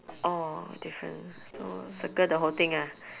orh different so circle the whole thing ah